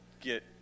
get